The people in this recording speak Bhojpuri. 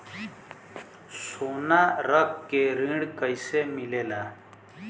सोना रख के ऋण कैसे मिलेला?